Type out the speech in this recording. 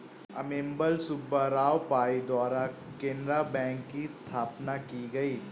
अम्मेम्बल सुब्बा राव पई द्वारा केनरा बैंक की स्थापना की गयी